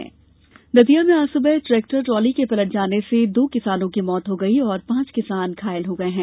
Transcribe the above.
सड़क हादसा दतिया में आज सुबह ट्रेक्टर ट्रॉली के पलट जाने से दो किसानों की मौत हो गई और पांच किसान घायल हुए हैं